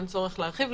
אין צורך להרחיב.